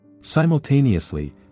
Simultaneously